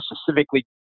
specifically